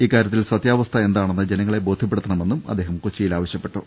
ഇക്കാര്യത്തിൽ സത്യാവസ്ഥ എന്താണെന്ന് ജനങ്ങളെ ബോധ്യപ്പെടുത്തണമെന്നും അദ്ദേഹം കൊച്ചിയിൽ പറഞ്ഞു